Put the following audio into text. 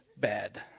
bad